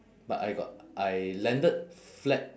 but I got I landed flat